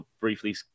briefly